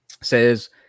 says